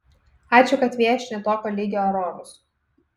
ačiū kad viešini tokio lygio erorus